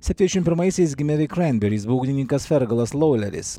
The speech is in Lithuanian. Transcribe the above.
septyniasdešimt pirmaisiais gimė de kremberis būgnininkas fergalas lauleris